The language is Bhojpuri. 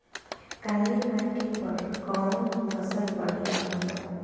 काली माटी पर कउन फसल बढ़िया होला?